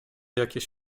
jakieś